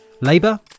Labour